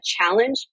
challenge